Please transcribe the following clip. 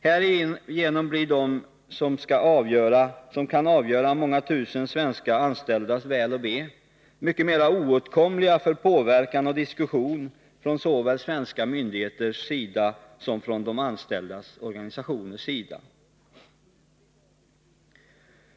Härigenom blir de som kan avgöra många tusen svenska anställdas väl och ve mycket mera oåtkomliga för påverkan och diskussion såväl från svenska myndigheters sida som från de anställdas organisationers sida.